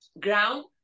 ground